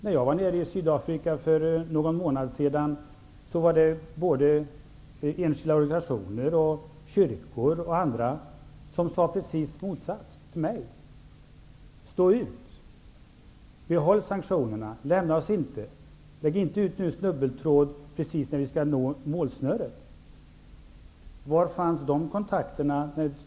När jag var nere i Sydafrika för någon månad sedan sade enskilda organisationer, kyrkor m.fl. det precis motsatta till mig. De sade: Stå ut. Vi har sanktionerna. Lämna oss inte. Lägg inte ut snubbeltråd precis när vi skall nå målsnöret.